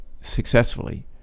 successfully